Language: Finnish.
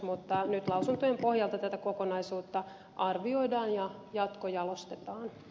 mutta nyt lausuntojen pohjalta tätä kokonaisuutta arvioidaan ja jatkojalostetaan